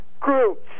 groups